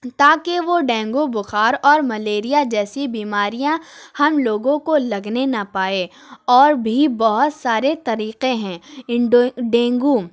تاکہ وہ ڈینگو بخار اور ملیریا جیسی بیماریاں ہم لوگوں کو لگنے نہ پائے اور بھی بہت سارے طریقے ہیں ان ڈینگو